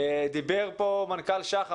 דיבר פה מנכ"ל שח"ם,